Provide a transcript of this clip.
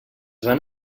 van